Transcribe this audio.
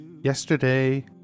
Yesterday